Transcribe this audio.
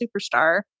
Superstar